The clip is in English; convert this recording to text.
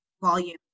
volume